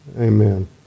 Amen